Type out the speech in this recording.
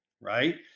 right